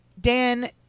Dan